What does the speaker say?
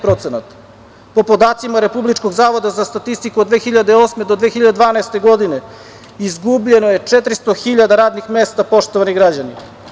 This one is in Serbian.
Po podacima Republičkog zavoda za statistiku, od 2008. do 2012. godine izgubljeno je 400.000 radnih mesta, poštovani građani.